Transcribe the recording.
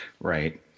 Right